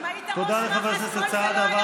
אם היית ראש מח"ש, כל זה לא היה קורה, נכון?